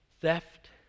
theft